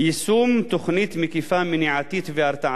מניעתית והרתעתית בכל התחומים,